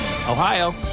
Ohio